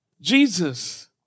Jesus